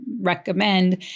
recommend